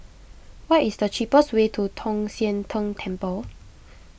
what is the cheapest way to Tong Sian Tng Temple